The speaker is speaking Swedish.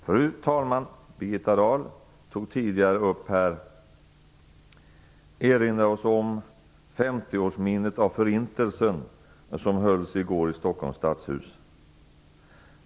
Fru talman Birgitta Dahl erinrade oss tidigare här om 50-årsminnet av Förintelsen, som i går hugfästes i Stockholms stadshus.